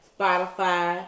Spotify